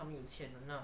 他们有钱人 lah